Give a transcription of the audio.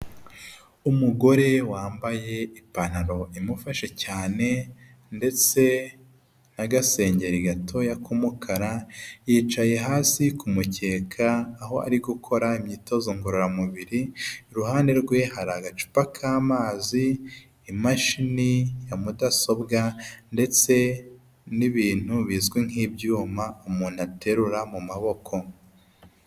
Umugore wambaye ipantaro imufashe cyane ndetse n'agasengeri gatoya k'umukara yicaye hasi ku k'umukega aho ari gukora imyitozo ngororamubiri iruhande rwe hari agacupa k'amazi, imashini ya mudasobwa, ndetse n'ibintu bizwi nk'ibyuma umuntu aterura mu maboko.